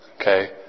Okay